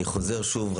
אני חוזר שוב,